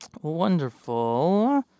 Wonderful